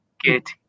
get